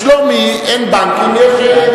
בשלומי אין בנקים.